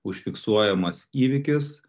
užfiksuojamas įvykis